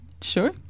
Sure